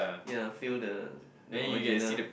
ya feel the the original